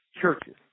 churches